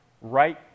right